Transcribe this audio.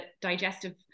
digestive